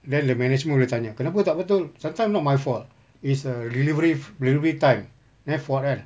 then the management boleh tanya kenapa tak betul sometimes not my fault is uh delivery fau~ time their fault kan